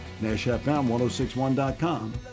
nashfm1061.com